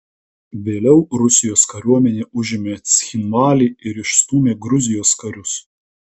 vėliau rusijos kariuomenė užėmė cchinvalį ir išstūmė gruzijos karius